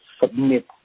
submit